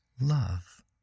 love